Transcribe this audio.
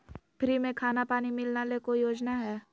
Free में खाना पानी मिलना ले कोइ योजना हय?